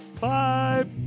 Bye